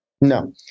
No